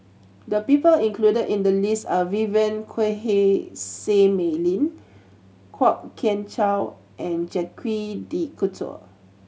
the people included in the list are Vivien Quahe Seah Mei Lin Kwok Kian Chow and Jacques De Coutre